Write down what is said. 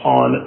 on